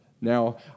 Now